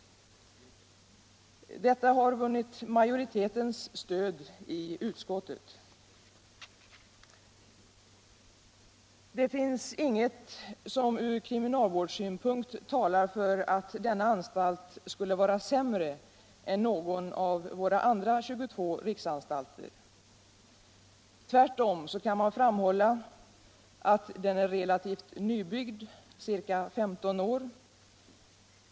Detta har vunnit majoritetens stöd i utskottet. Det finns inget som från kriminalvårdssynpunkt talar för att denna anstalt skulle vara sämre än någon av våra andra 22 riksanstalter. Tvärtom kan man framhålla att den är relativt nybyggd — ca 15 år.